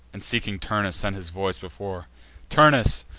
and, seeking turnus, sent his voice before turnus,